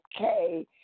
okay